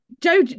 Joe